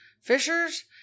fishers